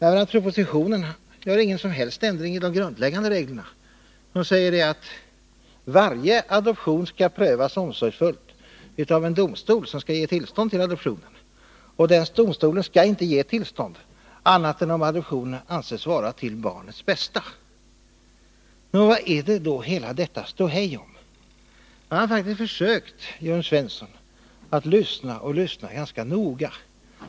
I propositionen görs ingen som helst ändring i de grundläggande reglerna, att varje adoption skall prövas omsorgsfullt av en domstol, som skall ge tillstånd till adoptionen. Domstolen skall inte ge tillstånd, om inte adoptionen anses vara till barnets bästa. Vad handlar då hela detta ståhej om? Jag har faktiskt försökt, Jörn Svensson, att lyssna ganska noga.